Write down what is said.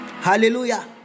Hallelujah